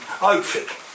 outfit